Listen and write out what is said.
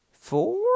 Four